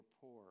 poor